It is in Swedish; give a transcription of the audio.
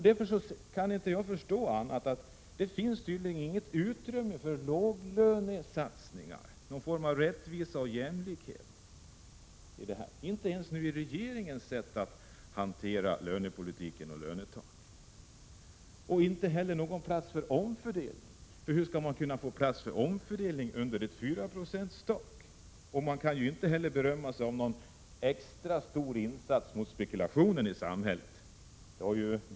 Därför kan jag inte förstå annat än att det inte finns något utrymme för låglönesatsningar, någon form av rättvisa eller jämlikhet, inte ens i regeringens sätt att hantera lönepolitiken och det här med lönetak. Det finns inte heller någon plats för omfördelning, för hur skall man kunna få plats för omfördelning med ett tak på 4 96? Man kan inte heller berömma sig av några extra stora insatser mot spekulationen i samhället.